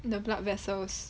the blood vessels